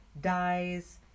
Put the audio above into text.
dies